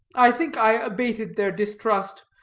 i think i abated their distrust.